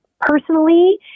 personally